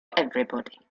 everybody